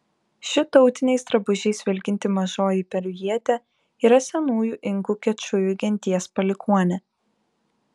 ši tautiniais drabužiais vilkinti mažoji perujietė yra senųjų inkų kečujų genties palikuonė